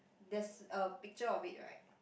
there's a picture of it right